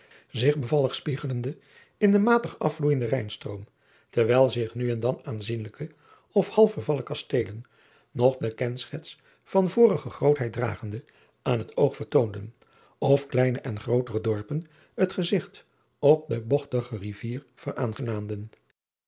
zich bevallig spiegelende in den matig afvloeijenden ijnstroom terwijl zich nu en dan aanzienlijke of half vervallen kasteelen nog de kenschets van vorige grootheid dragende aan het oog vertoonden of kleine en grootere dorpen het gezigt op de bogtige rivier veraangenaamden